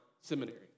seminary